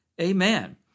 Amen